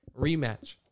Rematch